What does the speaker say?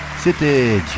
c'était